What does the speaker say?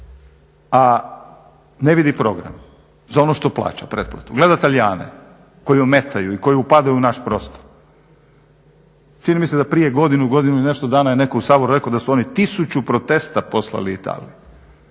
a ne vidi program za ono što plaća pretplatu, gleda Talijane koji ometaju i koji upadaju u naš prostor. Čini mi se da prije godinu, godinu i nešto dana je netko u Saboru rekao da su oni tisuću protesta poslali Italiji,